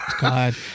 God